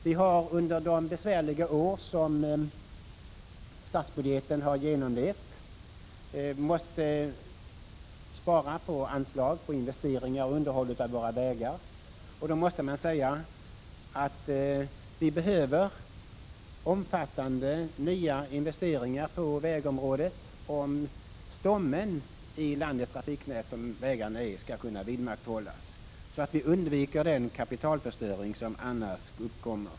Vi har under de besvärliga år som statsbudgeten har genomlevt måst spara på anslag till investeringar och underhåll av våra vägar, och därför behöver vi omfattande nya investeringar på vägområdet, om den stomme i landets trafiknät som vägarna är skall kunna vidmakthållas så att vi undviker den kapitalförstöring som annars uppkommer.